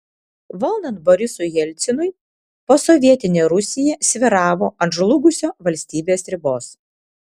valdant borisui jelcinui posovietinė rusija svyravo ant žlugusio valstybės ribos